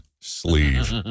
sleeve